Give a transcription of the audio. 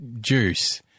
juice